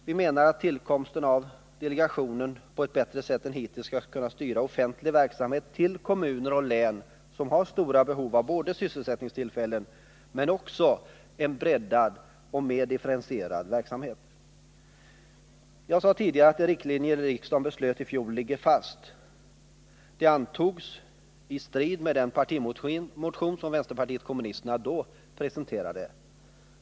Vi menar att tillkomsten av delegationen på ett bättre sätt än hittills skall kunna styra offentlig verksamhet till kommuner och län som har stora behov både av sysselsättningstillfällen och av en breddad och mer differentierad verksamhet. Jag sade tidigare att de riktlinjer riksdagen beslöt i fjol ligger fast. De antogs i strid mot den partimotion som vänsterpartiet kommunisterna då presenterade.